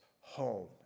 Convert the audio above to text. home